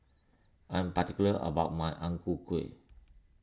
I'm particular about my Ang Ku Kueh